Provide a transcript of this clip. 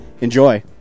enjoy